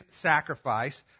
sacrifice